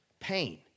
pain